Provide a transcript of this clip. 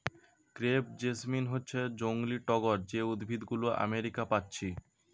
crepe jasmine হচ্ছে জংলি টগর যে উদ্ভিদ গুলো আমেরিকা পাচ্ছি